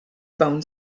bone